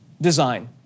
design